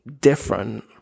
different